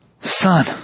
Son